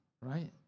right